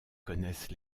connaissent